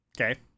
Okay